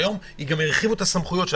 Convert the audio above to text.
והיום גם הרחיבו את הסמכויות שלה.